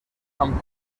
amb